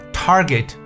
target